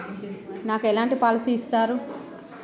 నాకు ఎలాంటి పాలసీ ఇస్తారు?